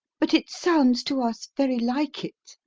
but it sounds to us very like it,